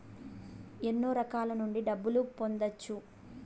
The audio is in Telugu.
ఎన్నో రకాల నుండి డబ్బులు పొందొచ్చు